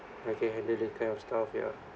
okay handling kind of stuff ya